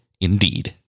Indeed